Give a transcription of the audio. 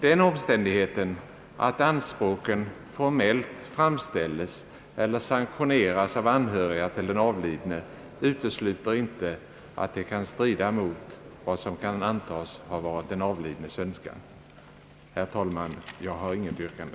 Den omständigheten att anspråken formellt framställes eller sanktioneras av anhöriga till den avlidne utesluter inte, att de kan strida mot vad som kan antas ha varit den avlidnes önskan. Herr talman! Jag har inte något yrkande.